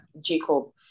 Jacob